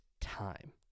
time